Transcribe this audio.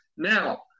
Now